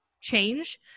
change